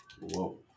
Whoa